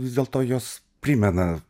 vis dėlto jos primena